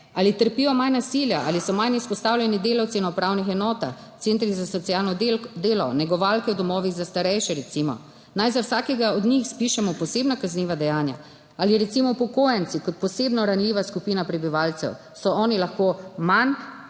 Ali trpijo manj nasilja, ali so manj izpostavljeni delavci na upravnih enotah, centrih za socialno delo, recimo negovalke v domovih za starejše? Naj za vsakega od njih spišemo posebna kazniva dejanja? Ali so recimo upokojenci kot posebno ranljiva skupina prebivalcev lahko manj